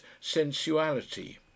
sensuality